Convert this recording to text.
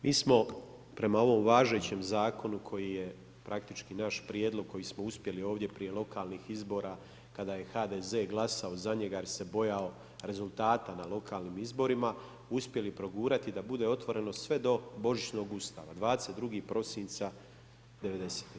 Mi smo prema ovom važećem zakonu koji je praktički naš prijedlog koji smo uspjeli ovdje prije lokalnih izbora kada je HDZ glasao za njega jer se bojao rezultata na lokalnim izborima uspjeli progurati da bude otvoreno sve do Božićnog ustava 22. prosinca '90.-te.